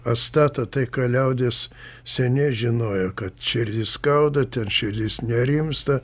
atstato tai ką liaudis seniai žinojo kad širdį skauda ten širdis nerimsta